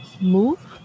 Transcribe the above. move